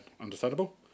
understandable